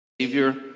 Savior